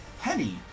Penny